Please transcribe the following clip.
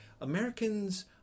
Americans